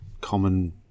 common